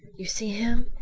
you see him?